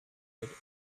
lit